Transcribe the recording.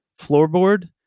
floorboard